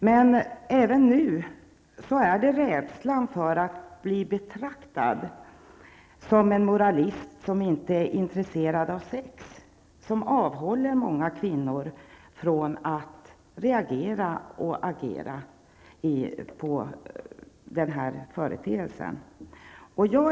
Men också nu är det rädslan för att bli betraktad som en moralist som inte är intresserad av sex som avhåller många kvinnor från att reagera på den här företeelsen och agera.